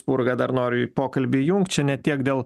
spurga dar noriu į pokalbį įjungt čia ne tiek dėl